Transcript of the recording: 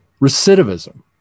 Recidivism